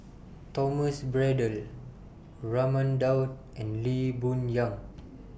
Thomas Braddell Raman Daud and Lee Boon Yang